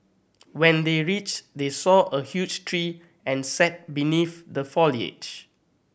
when they reach they saw a huge tree and sat beneath the foliage